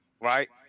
right